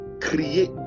create